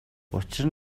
учир